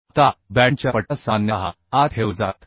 आता बॅटनच्या पट्ट्या सामान्यतः आत ठेवल्या जातात